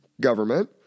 government